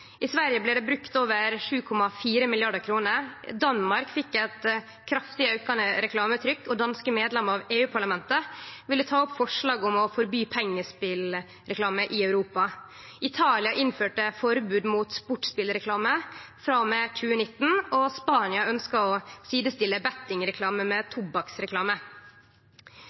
I Sverige blei det brukt over 7,4 mrd. kr. Danmark fekk eit kraftig auka reklametrykk, og danske medlemer av EU-parlamentet ville ta opp forslag om å forby pengespelreklame i Europa. Italia innførte forbod mot sportsspelreklame frå og med 2019, og Spania ønskte å sidestille bettingreklame med tobakksreklame.